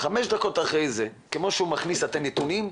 חמש דקות אחרי זה כמו שהוא מכניס את הנתונים,